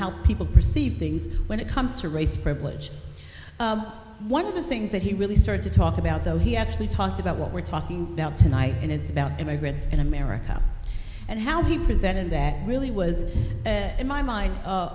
how people perceive things when it comes to race privilege one of the things that he really started to talk about though he actually talked about what we're talking about tonight and it's about immigrants in america and how he presented that really was in my mind